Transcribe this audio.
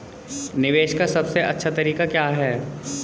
निवेश का सबसे अच्छा तरीका क्या है?